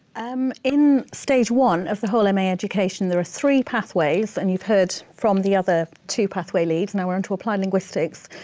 um in stage one of the whole um ma education there are three pathways. and you've heard from the other two pathway leads. now we're onto applied linguistics.